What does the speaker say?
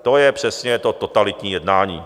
To je přesně to totalitní jednání.